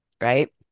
right